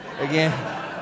again